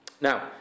Now